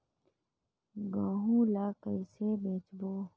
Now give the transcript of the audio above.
गहूं ला कइसे बेचबो?